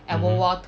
mmhmm